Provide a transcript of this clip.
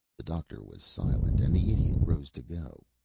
the doctor was silent, and the idiot rose to go.